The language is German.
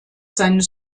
seines